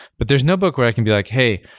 but there's no book where i can be like, hey,